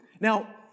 Now